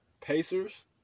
Pacers